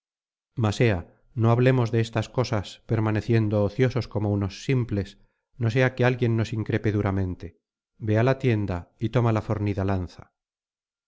ea no hablemos de estas cosas permaneciendo ociosos como unos simples no sea que alguien nos increpe duramente ve á la tienda y toma la fornida lanza